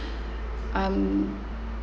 um